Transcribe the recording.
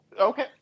okay